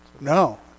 No